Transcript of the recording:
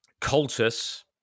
cultus